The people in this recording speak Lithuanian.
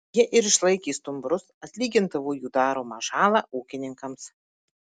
jie ir išlaikė stumbrus atlygindavo jų daromą žalą ūkininkams